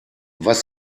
was